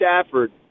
Stafford